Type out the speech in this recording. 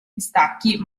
pistacchi